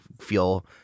feel